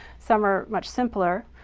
some are much simpler,